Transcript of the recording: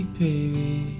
baby